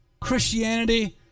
Christianity